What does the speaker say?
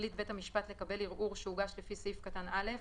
החליט בית המשפט לקבל ערעור שהוגש לפי סעיף קטן (א),